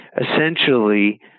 Essentially